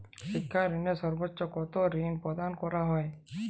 শিক্ষা ঋণে সর্বোচ্চ কতো ঋণ প্রদান করা হয়?